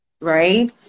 right